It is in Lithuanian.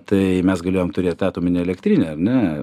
tai mes galėjom turėt atominę elektrinę ar ne